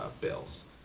Bills